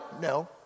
No